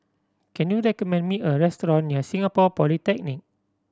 can you recommend me a restaurant near Singapore Polytechnic